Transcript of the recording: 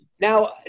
Now